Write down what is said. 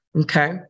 okay